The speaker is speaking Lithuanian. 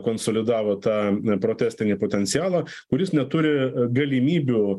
konsolidavo tą protestinį potencialą kuris neturi galimybių